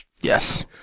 yes